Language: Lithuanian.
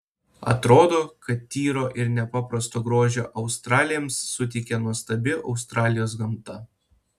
atrodo kad tyro ir nepaprasto grožio australėms suteikė nuostabi australijos gamta